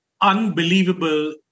Unbelievable